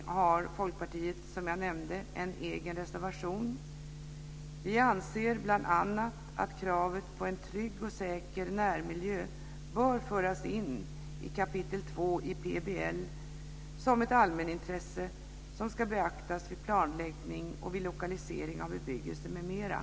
Där har Folkpartiet, som jag nämnde, en egen reservation. Vi anser bl.a. att kravet på en trygg och säker närmiljö bör föras in i kapitel 2 i PBL som ett allmänintresse som ska beaktas vid planläggning och lokalisering av bebyggelse m.m.